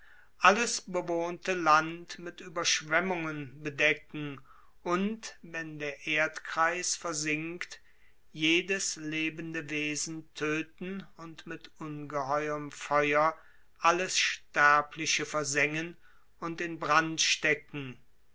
alles bewohnte land mit ueberschwemmungen bedecken und wenn der erdkreis versinkt jedes lebende wesen tödten und mit ungeheuerm feuer alles sterbliche versengen und in brand stecken